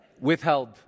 withheld